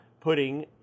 putting